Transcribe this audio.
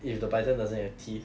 if the python doesn't have teeth